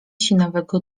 sinawego